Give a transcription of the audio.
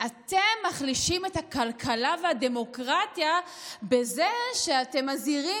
אתם מחלישים את הכלכלה ואת הדמוקרטיה בזה שאתם מזהירים